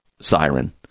siren